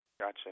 Gotcha